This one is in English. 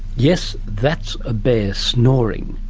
yes, that's a bear snoring.